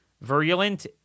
virulent